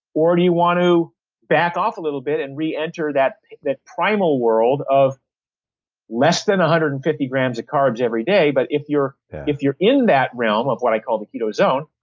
or do you want to back off a little bit and reenter that that primal world of less than one hundred and fifty grams of carbs every day. but if you're if you're in that realm of what i call the keto zone,